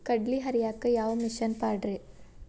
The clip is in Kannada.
ಕಡ್ಲಿ ಹರಿಯಾಕ ಯಾವ ಮಿಷನ್ ಪಾಡ್ರೇ?